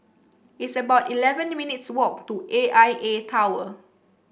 it's about eleven minutes walk to A I A Tower